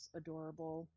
adorable